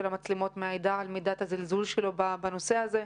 המצלמות מעידה על מידת הזלזול שלו בנושא הזה.